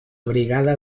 brigada